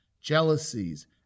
jealousies